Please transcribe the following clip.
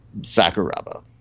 Sakuraba